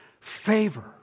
favor